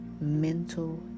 mental